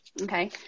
Okay